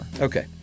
Okay